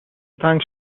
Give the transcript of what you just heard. تنگ